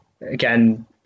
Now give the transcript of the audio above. Again